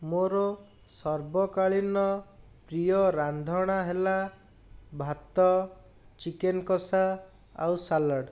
ମୋର ସର୍ବକାଳୀନ ପ୍ରିୟ ରାନ୍ଧଣା ହେଲା ଭାତ ଚିକେନ୍ କଷା ଆଉ ସାଲଡ଼୍